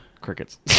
crickets